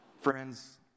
Friends